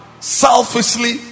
selfishly